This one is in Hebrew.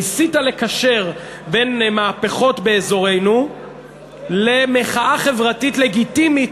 ניסית לקשר בין מהפכות באזורנו למחאה חברתית לגיטימית